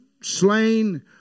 slain